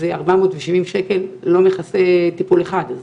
אז 470 שקל לא מכסה טיפול אחד.